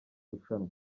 rushanwa